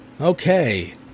Okay